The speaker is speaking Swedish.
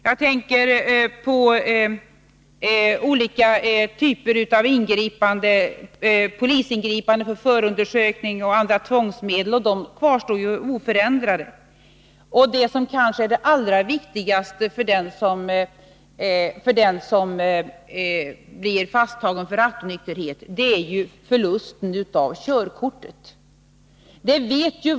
Jag tänker på olika slag av polisingripande, på förundersökning och andra tvångsmedel, som ju kvarstår oförändrade. Vad som kanske är det allra viktigaste för den som blir fasttagen för rattonykterhet är förlusten av körkortet.